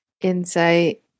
insight